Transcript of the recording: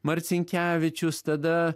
marcinkevičius tada